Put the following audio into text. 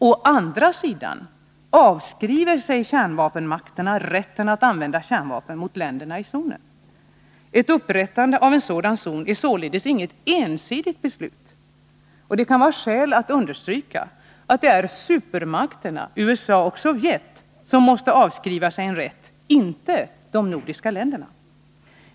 Å andra sidan avskriver sig kärnvapenmakterna rätten att använda kärnvapen mot länderna i zonen. Ett upprättande av en sådan zon är således inget ensidigt beslut. Det kan vara skäl att understryka att det är supermakterna USA och Sovjet som måste avskriva sig en rätt, inte de nordiska länderna.